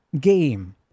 game